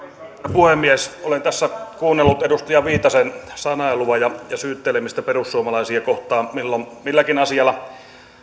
puhemies olen tässä kuunnellut edustaja viitasen sanailua ja syyttelemistä perussuomalaisia kohtaan milloin milläkin asialla